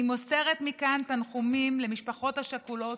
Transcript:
אני מוסרת מכאן תנחומים למשפחות השכולות,